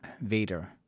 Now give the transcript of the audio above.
Vader